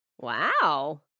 Wow